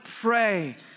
pray